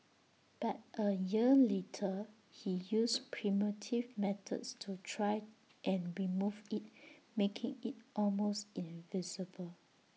but A year later he used primitive methods to try and remove IT making IT almost invisible